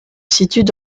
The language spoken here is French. situent